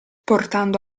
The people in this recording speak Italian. portando